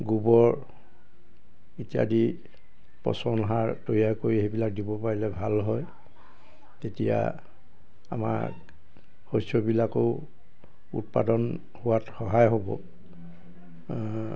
গোবৰ ইত্যাদি পচনসাৰ তৈয়াৰ কৰি সেইবিলাক দিব পাৰিলে ভাল হয় তেতিয়া আমাৰ শস্যবিলাকো উৎপাদন হোৱাত সহায় হ'ব